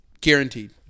guaranteed